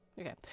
okay